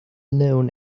known